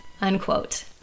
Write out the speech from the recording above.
unquote